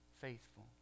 faithful